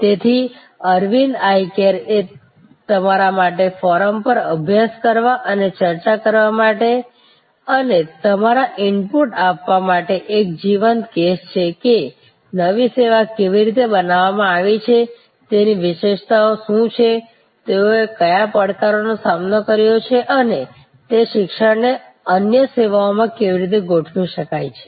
તેથી Aravind eye care એ તમારા માટે ફોરમ પર અભ્યાસ કરવા અને ચર્ચા કરવા માટે અને તમારા ઇનપુટ્સ આપવા માટે એક જીવંત કેસ છે કે નવી સેવા કેવી રીતે બનાવવામાં આવી છે તેની વિશેષતાઓ શું છે તેઓએ કયા પડકારોનો સામનો કર્યો છે અને તે શિક્ષણને અન્ય સેવાઓમાં કેવી રીતે ગોઠવી શકાય છે